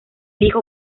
hijo